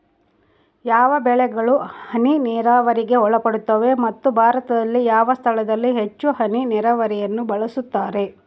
ಯಾವ ಬೆಳೆಗಳು ಹನಿ ನೇರಾವರಿಗೆ ಒಳಪಡುತ್ತವೆ ಮತ್ತು ಭಾರತದಲ್ಲಿ ಯಾವ ಸ್ಥಳದಲ್ಲಿ ಹೆಚ್ಚು ಹನಿ ನೇರಾವರಿಯನ್ನು ಬಳಸುತ್ತಾರೆ?